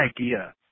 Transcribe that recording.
idea